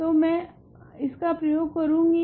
तो मैं इसका प्रयोग करूंगी